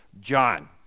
John